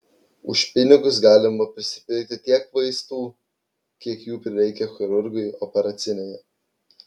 už pinigus galima prisipirkti tiek vaistų kiek jų prireikia chirurgui operacinėje